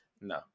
No